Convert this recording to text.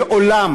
לעולם